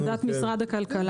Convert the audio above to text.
עמדת משרד הכלכלה,